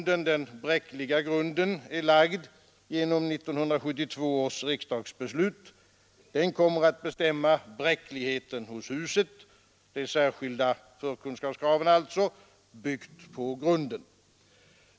Den bräckliga grunden är lagd genom 1972 års riksdagsbeslut. Den kommer att bestämma bräckligheten hos huset — de särskilda förkunskapskraven alltså — som är byggt på grunden.